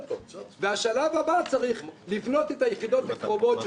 ובשלב הבא צריך לבנות את היחידות הקרובות,